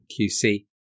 QC